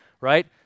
right